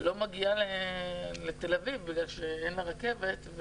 לא מגיעה לתל אביב בגלל שאין לה רכבת,